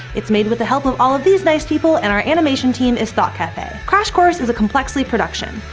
it's made with the help of all of these nice people, and our animation team is thought cafe. crash course is a complexly production.